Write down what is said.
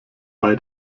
bei